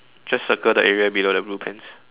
just circle the area below the blue pants